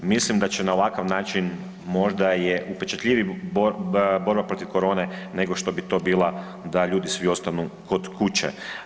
Mislim da će na ovakav način možda je upečatljivija borba protiv korone, nego što bi to bila da ljudi svi ostanu kod kuće.